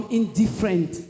indifferent